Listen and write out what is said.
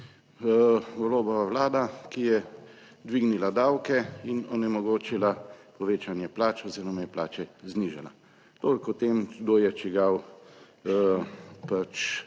Golobova vlada, ki je dvignila davke in onemogočila povečanje plač oziroma je plače znižala. Toliko o tem kdo je čigav, pač